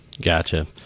gotcha